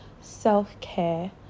self-care